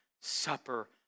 supper